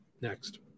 Next